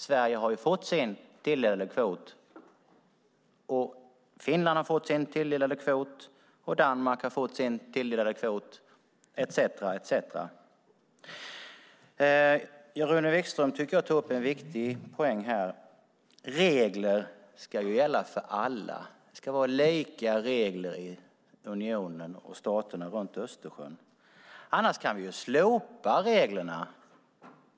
Sverige har fått sin tilldelade kvot, Finland har fått sin tilldelade kvot, Danmark har fått sin tilldelade kvot etcetera. Rune Wikström tog upp en viktig poäng, tycker jag: Regler ska gälla för alla. Det ska vara lika regler i unionen och staterna runt Östersjön. Annars kan vi ju slopa reglerna.